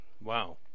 Wow